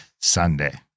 Sunday